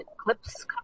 eclipse